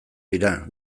dira